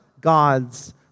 God's